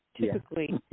typically